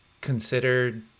considered